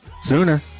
Sooner